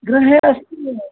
गृहे अस्ति